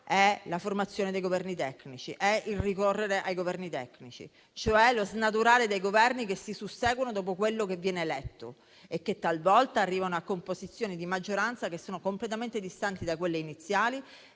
è la formazione dei Governi tecnici, il ricorrere ai Governi tecnici, cioè lo snaturare dei Governi che si susseguono dopo quello che viene eletto e che talvolta arrivano a composizioni di maggioranza che sono completamente distanti da quelle iniziali